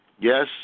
yes